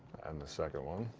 and the second one,